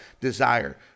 desire